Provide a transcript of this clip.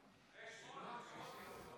ישמע אותך.